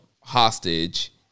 hostage